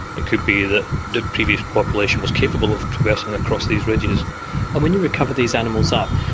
it could be that the previous population was capable of traversing across these ridges. and when you recover these animals up,